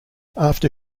after